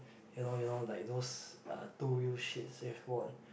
you know you know like those uh two use